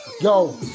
Yo